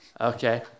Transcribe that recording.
okay